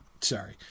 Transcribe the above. Sorry